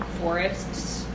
forests